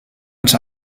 als